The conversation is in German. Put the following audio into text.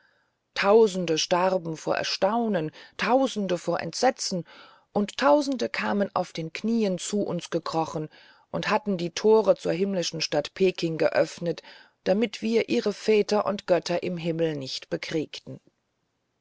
tausende starben vor erstaunen tausende vor entsetzen und tausende kamen auf den knien zu uns gekrochen und hatten die tore zur himmlischen stadt peking geöffnet damit wir ihre väter und götter im himmel nicht bekriegten